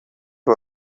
was